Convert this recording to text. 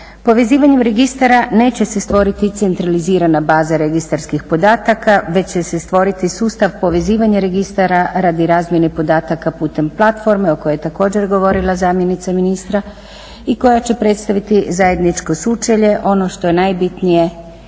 Povezivanjem registara neće se stvoriti centralizirana baza registarskih podataka već će se stvoriti sustav povezivanja registara radi razmjene podataka putem platforme o kojoj je također govorila zamjenica ministra i koja će predstaviti zajedničko sučelje, ono što je najbitnije